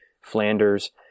Flanders